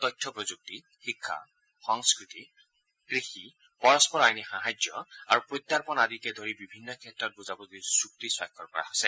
তথ্য প্ৰযুক্তি শিক্ষা সংস্থতি কৃষি পৰস্পৰ আইনী সাহাৰ্য আৰু প্ৰত্যাৰ্পণ আদিকে বিভিন্ন ক্ষেত্ৰত বুজাবুজি চুক্তি স্বাক্ষৰ কৰা হৈছে